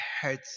hurt